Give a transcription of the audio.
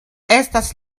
estas